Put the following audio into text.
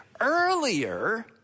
Earlier